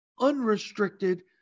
unrestricted